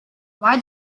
why